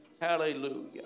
Hallelujah